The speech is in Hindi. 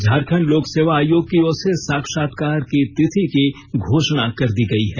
झारखंड लोक सेवा आयोग की ओर से साक्षात्कार की तिथि की घोषणा कर दी गई है